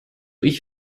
ich